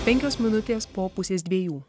penkios minutės po pusės dviejų